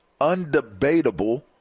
undebatable